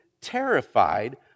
terrified